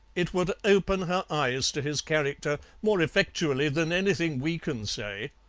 it would open her eyes to his character more effectually than anything we can say